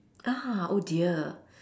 ah oh dear